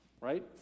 right